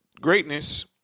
greatness